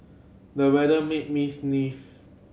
the weather made me sneeze